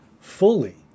fully